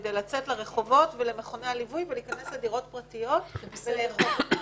כדי לצאת לרחובות ולמכוני הליווי ולהיכנס לדירות פרטיות ולאכוף את החוק.